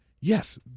yes